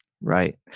Right